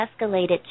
escalated